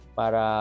para